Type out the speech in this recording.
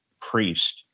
priest